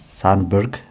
Sandberg